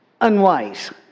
Unwise